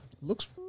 looks